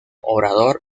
orador